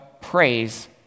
praise